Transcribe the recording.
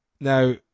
Now